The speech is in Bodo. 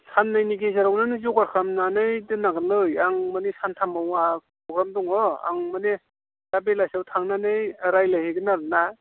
साननैनि गेजेरावनो नों जगार खालामनानै दोननांगोनलै आं माने सानथामाव आंहा प्रग्राम दङ आं माने दा बेलासेयाव थांनानै रायज्लायहैगोन आरो ना